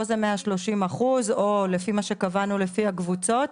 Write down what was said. פה זה 130 אחוז, או מה שקבענו לפי הקבוצות.